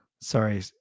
Sorry